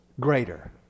Greater